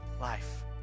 life